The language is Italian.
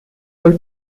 col